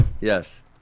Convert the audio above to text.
yes